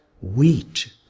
wheat